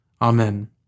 Amen